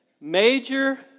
Major